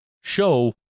show